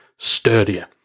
Sturdier